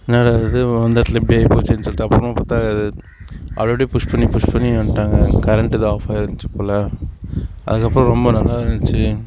என்னடா இது வந்த இடத்துல இப்படி ஆயிப்போச்சேன்னு சொல்லிட்டு அப்புறமா பார்த்தா அப்படப்டியே புஷ் பண்ணி புஷ் பண்ணி வந்துட்டாங்க கரண்ட் ஏதோ ஆஃப் ஆயிருந்துச்சு போல் அதுக்கப்புறம் ரொம்ப நல்லா இருந்துச்சு